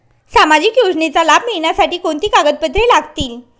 सामाजिक योजनेचा लाभ मिळण्यासाठी कोणती कागदपत्रे लागतील?